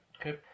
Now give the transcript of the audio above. Okay